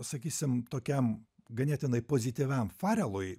sakysim tokiam ganėtinai pozityviam farelui